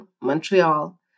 Montreal